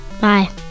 Bye